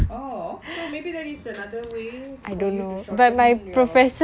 oh so maybe that is another way to shorten your